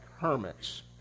hermits